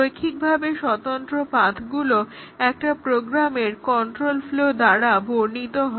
রৈখিকভাবে স্বতন্ত্র পাথগুলো একটা প্রোগ্রামের কন্ট্রোল ফ্লো দ্বারা বর্নিত হয়